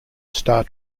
star